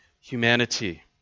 humanity